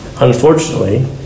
unfortunately